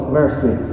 mercy